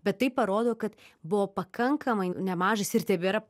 bet tai parodo kad buvo pakankamai nemažas ir tebėra